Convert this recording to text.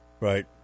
Right